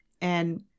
and-